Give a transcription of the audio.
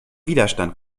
widerstand